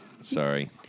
Sorry